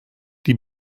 die